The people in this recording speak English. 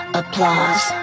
applause